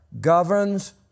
governs